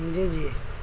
جی جی